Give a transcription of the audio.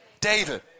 David